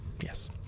Yes